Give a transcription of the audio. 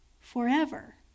forever